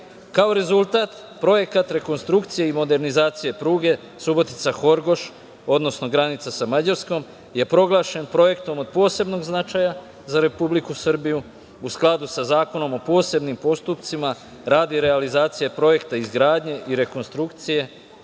rezultat, Projekat rekonstrukcije i modernizacije pruge Subotica – Horgoš, odnosno granica sa Mađarskom je proglašen projektom od posebnog značaja za Republiku Srbiju u skladu sa Zakonom o posebnim postupcima radi realizacije projekta, izgradnje i rekonstrukcije